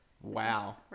Wow